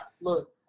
look